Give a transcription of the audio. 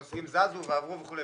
הנושאים זזו ועברו וכולי